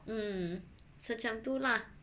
mm so macam tu lah